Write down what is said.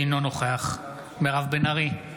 אינו נוכח מירב בן ארי,